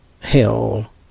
hell